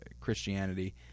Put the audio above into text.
Christianity